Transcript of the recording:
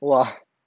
!wah!